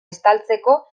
estaltzeko